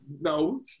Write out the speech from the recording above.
No